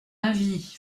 avis